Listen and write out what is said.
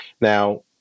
Now